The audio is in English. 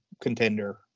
contender